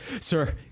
Sir